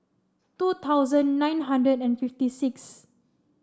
two thousand nine hundred and fifty sixth